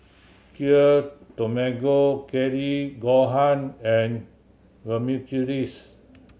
Kheer Tamago Kake Gohan and